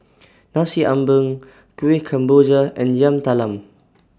Nasi Ambeng Kueh Kemboja and Yam Talam